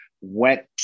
went